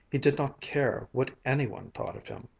he did not care what any one thought of him.